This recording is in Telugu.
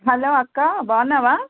హలో అక్కా బాగున్నావా